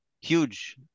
huge